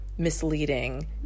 misleading